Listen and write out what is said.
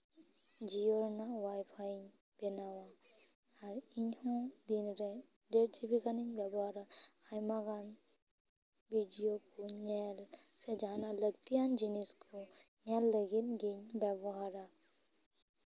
ᱡᱤᱭᱳ ᱨᱮᱱᱟᱜ ᱚᱣᱟᱭᱯᱷᱟᱭᱤᱧ ᱵᱮᱱᱚᱣᱟ ᱟᱨ ᱤᱧ ᱦᱚᱸ ᱫᱤᱱ ᱨᱮ ᱰᱮᱲ ᱡᱤᱵᱤ ᱜᱟᱱᱤᱧ ᱵᱮᱵᱚᱦᱟᱨᱟ ᱟᱭᱢᱟ ᱜᱟᱱ ᱵᱷᱤᱰᱤᱭᱳ ᱠᱚ ᱧᱮᱞ ᱥᱮ ᱡᱟᱦᱟᱱᱟᱜ ᱞᱟ ᱠᱛᱤᱭᱟᱱ ᱡᱤᱱᱤᱥ ᱠᱚ ᱧᱮᱞ ᱞᱟᱹᱜᱤᱫ ᱜᱤᱧ ᱵᱮᱵᱚᱦᱟᱨᱟ